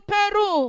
Peru